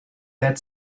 had